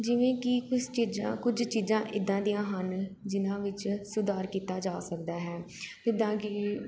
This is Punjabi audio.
ਜਿਵੇਂ ਕਿ ਕੁਛ ਚੀਜ਼ਾਂ ਕੁਝ ਚੀਜ਼ਾਂ ਇੱਦਾਂ ਦੀਆਂ ਹਨ ਜਿਹਨਾਂ ਵਿੱਚ ਸੁਧਾਰ ਕੀਤਾ ਜਾ ਸਕਦਾ ਹੈ ਜਿੱਦਾਂ ਕਿ